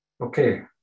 Okay